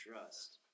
trust